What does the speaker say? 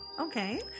Okay